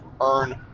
earn